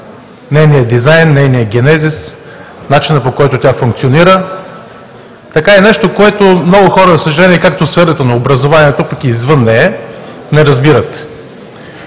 нейния дизайн, нейния генезис, начина, по който тя функционира, така и нещо, което много хора, за съжаление, както в сферата на образованието, пък и извън нея, не разбират.